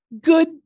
good